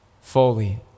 fully